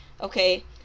okay